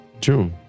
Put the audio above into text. True